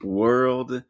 world